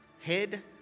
Head